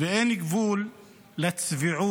ואין גבול לצביעות,